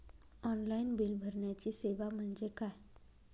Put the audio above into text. Online bill भरण्याची सेवा म्हणजे काय?